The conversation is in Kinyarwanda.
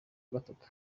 gatatu